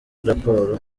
raporo